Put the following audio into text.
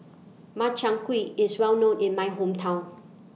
Makchang Gui IS Well known in My Hometown